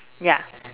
ya